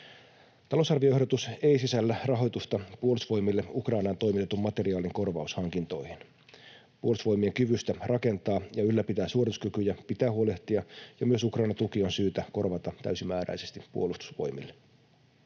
Talousarvioehdotus ei sisällä rahoitusta Puolustusvoimille Ukrainaan toimitetun materiaalin korvaushankintoihin. Puolustusvoimien kyvystä rakentaa ja ylläpitää suorituskykyjä pitää huolehtia, ja myös Ukrainan tuki on syytä korvata täysimääräisesti Puolustusvoimille.